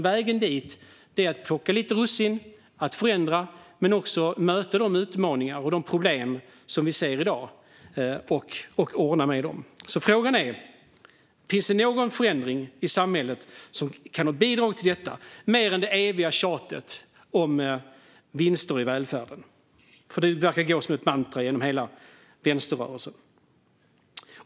Vägen dit är att plocka lite russin, att förändra men också att möta och ordna med de utmaningar och problem som vi ser i dag. Frågan är: Finns det någon förändring i samhället som kan ha bidragit till detta, mer än det eviga tjatet om vinster i välfärden? Det verkar nämligen gå som ett mantra genom hela vänsterrörelsen.